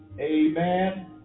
amen